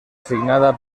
signada